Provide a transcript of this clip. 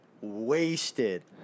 wasted